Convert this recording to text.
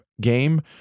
game